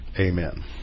Amen